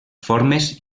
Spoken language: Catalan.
formes